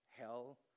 hell